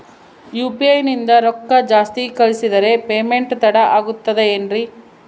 UPI ನಿಂದ ರೊಕ್ಕ ಜಾಸ್ತಿ ಕಳಿಸಿದರೆ ಪೇಮೆಂಟ್ ತಡ ಆಗುತ್ತದೆ ಎನ್ರಿ?